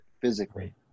physically